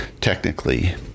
technically